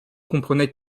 comprenait